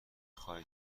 خواهی